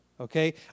Okay